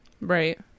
right